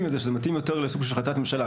את זה שזה מתאים יותר לסוג של החלטת ממשלה.